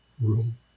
room